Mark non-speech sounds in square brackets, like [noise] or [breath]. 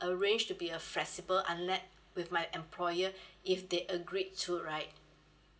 arranged to be a flexible unle~ with my employer [breath] if they agreed to right